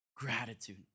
Gratitude